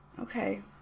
Okay